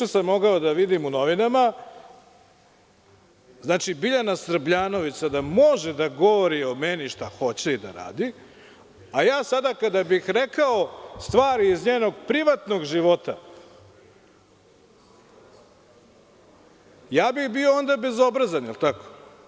Juče sam video u novinama, Biljana Srbljanović sada može da govori o meni šta hoće i da radi, a ja sada kada bih rekao stvari iz njenog privatnog života, bio bih onda bezobrazan, je l' tako?